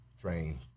train